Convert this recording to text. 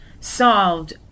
solved